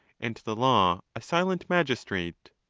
and the law a silent magis trate.